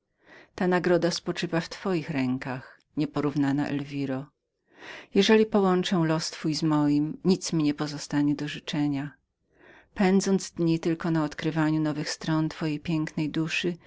ta jednak nagroda spoczywa w twoich rękach nieporównana elwiro jeżeli połączę los twój z moim nic mi nie pozostanie do życzenia pędząc dni tylko na odkrywaniu nowych stron twojej pięknej duszy